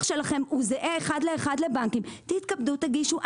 שלכם הוא זהה אחד לאחד לבנקים תתכבדו ותגישו.